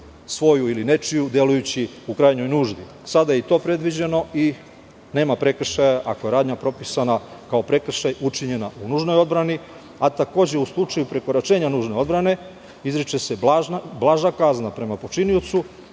svoju ili nečiju delujući u krajnjoj nuždi. Sada je i to predviđeno i nema prekršaja, ako je radnja propisana kao prekršaj učinjen u nužnoj odbrani, a takođe u slučaju prekoračenja nužne odbrane izriče se blaža kazna prema počiniocu,